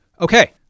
Okay